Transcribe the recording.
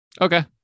Okay